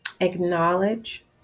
acknowledge